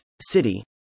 City